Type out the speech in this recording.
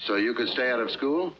so you can stay out of school